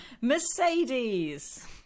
Mercedes